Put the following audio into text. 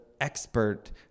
expert